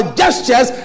gestures